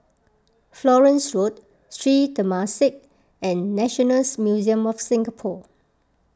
Florence Road Sri Temasek and Nationals Museum of Singapore